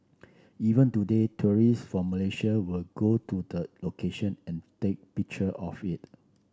even today tourists from Malaysia will go to the location and take picture of it